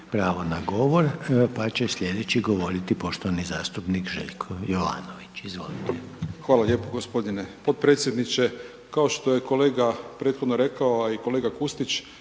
pravo na govor, pa će sljedeći govoriti poštovani zastupnik Željko Jovanović, izvolite. **Jovanović, Željko (SDP)** Hvala lijepo g. potpredsjedniče. Kao što je kolega prethodno rekao, a i kolega Kustić,